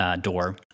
door